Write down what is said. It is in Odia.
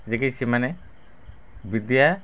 ଯିଏକି ସେମାନେ ବିଦ୍ୟା